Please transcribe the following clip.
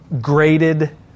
Graded